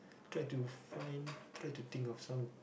try to find try to think of some